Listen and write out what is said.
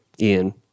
Ian